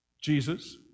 Jesus